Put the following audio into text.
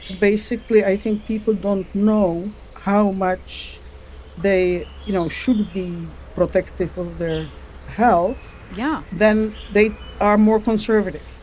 and basically i think people don't know how much they, you know, should be protective of their health yeah then they are more conservative,